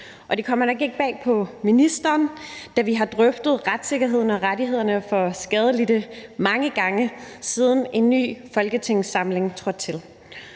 det kommer nok ikke bag på ministeren, da vi har drøftet retssikkerheden og rettighederne for skadelidte mange gange, siden en ny folketingssamling begyndte.